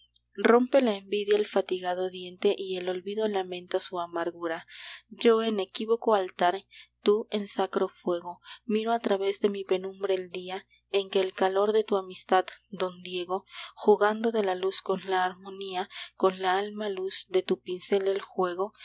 rompe la envidia el fatigado diente y el olvido lamenta su amargura yo en equívoco altar tú en sacro fuego miro a través de mi penumbra el día en que el calor de tu amistad don diego jugando de la luz con la armonía con la alma luz de tu pincel el juego